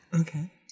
Okay